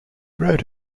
wrote